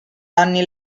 anni